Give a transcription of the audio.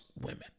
women